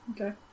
Okay